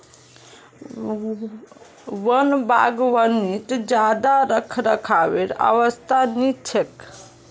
वन बागवानीत ज्यादा रखरखावेर आवश्यकता नी छेक